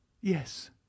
Yes